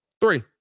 Three